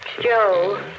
Joe